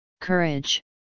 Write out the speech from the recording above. Courage